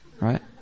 Right